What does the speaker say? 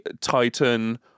titan